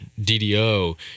DDO